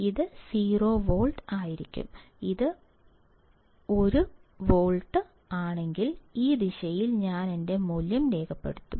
ഇത് 0 വോൾട്ട് ആണെങ്കിൽ ഇത് 1 ആണെങ്കിൽ ഈ ദിശയിൽ ഞാൻ എന്റെ മൂല്യം രേഖപ്പെടുത്തും